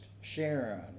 Sharon